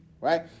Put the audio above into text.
right